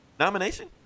Nomination